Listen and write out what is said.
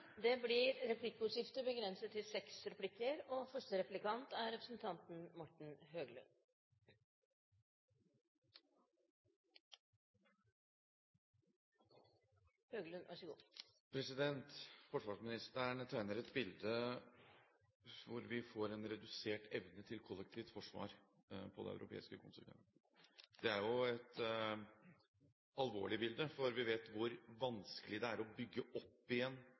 Det blir replikkordskifte. Forsvarsministeren tegner et bilde hvor vi får en redusert evne til kollektivt forsvar på det europeiske kontinent. Det er et alvorlig bilde, for vi vet hvor vanskelig det er å bygge opp igjen